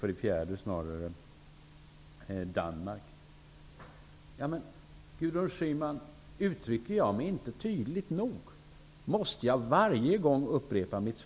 För det fjärde till frågan om Danmark. Uttrycker jag mig inte tydligt nog, Gudrun Schyman? Måste jag varje gång upprepa mig?